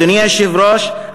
אדוני היושב-ראש,